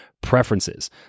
preferences